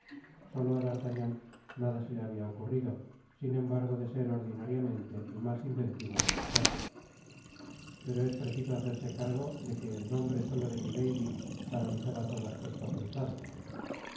solo á d'artagnan nada se le habia ocurrido sin embargo de ser ordinariamente el mas inventivo de los cuatro pero es preciso hacerse cargo de que el nombre solo demilady paralizaba todas sus facultades